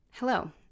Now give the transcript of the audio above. Hello